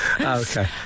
okay